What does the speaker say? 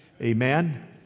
Amen